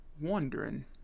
wondering